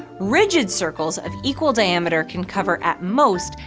rigid circles of equal wdiameter can cover, at most,